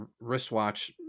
wristwatch